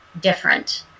different